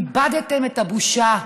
איבדתם את הבושה,